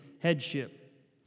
headship